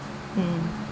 hmm